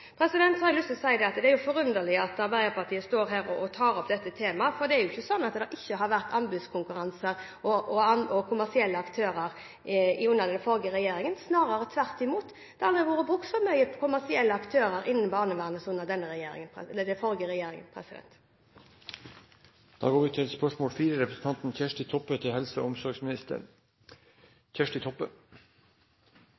Så har jeg lyst til å si at det er forunderlig at Arbeiderpartiet står her og tar opp dette temaet, for det er ikke slik at det ikke har vært anbudskonkurranser og kommersielle aktører under den forrige regjeringen. Snarere tvert imot, det har aldri vært brukt så mye på kommersielle aktører innen barnevernet som under den forrige regjeringen. «Legevakt er ein viktig del av den kommunale helse- og omsorgstenesta og den akuttmedisinske kjeden. Framstegspartiet, Høgre og